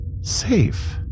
safe